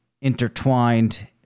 intertwined